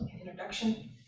Introduction